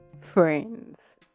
friends